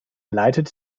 leitet